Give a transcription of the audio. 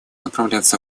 направляться